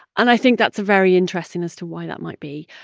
and i think that's very interesting as to why that might be.